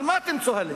על מה אתם צוהלים?